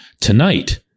tonight